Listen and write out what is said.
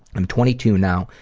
i'm twenty two now.